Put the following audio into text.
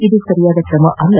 ಇದು ಸರಿಯಾದ ಕ್ರಮವಲ್ಲ